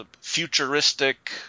futuristic